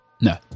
No